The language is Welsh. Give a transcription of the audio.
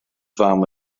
fam